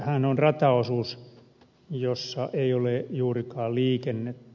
sehän on rataosuus jossa ei ole juurikaan liikennettä